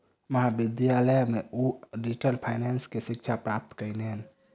महाविद्यालय में ओ डिजिटल फाइनेंस के शिक्षा प्राप्त कयलैन